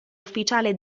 ufficiale